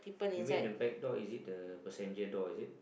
you mean the back door is it the passenger door is it